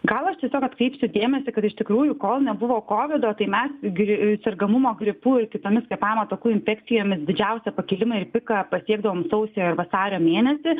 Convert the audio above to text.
gal aš tiesiog atkreipsiu dėmesį kad iš tikrųjų kol nebuvo kovido tai mes gri sergamumo gripu ir kitomis kvėpavimo takų infekcijomis didžiausią pakilimą ir piką patiekdavom sausį ar vasario mėnesį